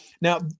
now